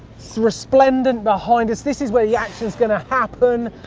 sort of spendent behind us, this is where the action's gonna happen.